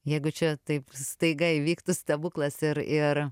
jeigu čia taip staiga įvyktų stebuklas ir ir